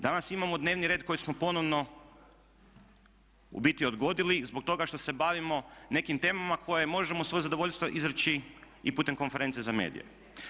Danas imamo dnevni red koji smo ponovno u biti odgodili zbog toga što se bavimo nekim temama koje možemo svoje zadovoljstvo izreći i putem konferencije za medije.